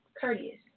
courteous